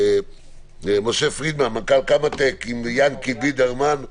משה פרידמן, מנכ"ל קמא-טק, עם יענקי בידרמן,